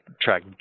track